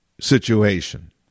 situation